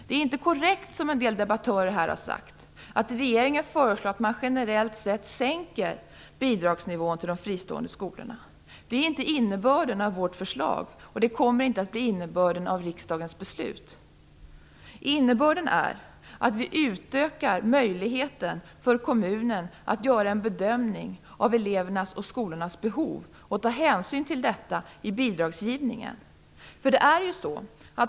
Det är inte korrekt som en del debattörer här har sagt att regeringen föreslår att man generellt sett sänker bidragsnivån till de fristående skolorna. Det är inte innebörden av vårt förslag, och det kommer inte att bli innebörden av riksdagens beslut. Innebörden är att vi utökar möjligheten för kommunen att göra en bedömning av elevernas och skolornas behov och ta hänsyn till detta i bidragsgivningen.